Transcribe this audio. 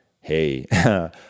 hey